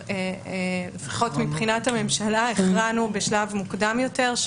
שלפחות מבחינת המשטרה הכרענו בשלב מוקדם יותר.